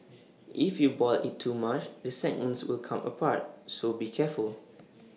if you boil IT too much the segments will come apart so be careful